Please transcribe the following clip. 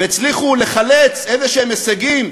והצליחו לחלץ איזשהם הישגים,